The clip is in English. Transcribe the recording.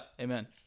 amen